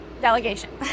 delegation